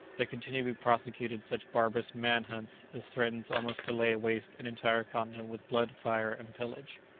there continue to be prosecuted such barbarous man-hunts as threaten almost to lay waste an entire continent with blood, fire, and pillage.